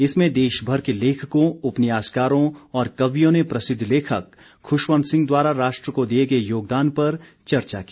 इसमें देशभर के लेखकों उपन्यासकारों और कवियों ने प्रसिद्ध लेखक खुशवंत सिंह द्वारा राष्ट्र को दिए गए योगदान पर चर्चा की